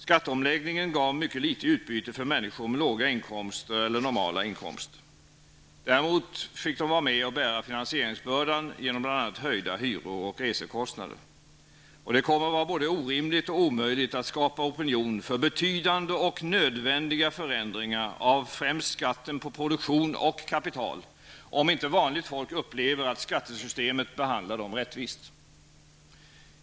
Skatteomläggningen gav mycket litet i utbyte för människor med låga eller normala inkomster. Däremot fick de vara med och bära finansieringsbördan genom bl.a. höjda hyror och resekostnader. Det kommer att vara både orimligt och omöjligt att skapa opinion för betydande och nödvändiga förändringar av främst skatten på produktion och kapital, om inte vanligt folk upplever att skattesystemet behandlar dem rättvist.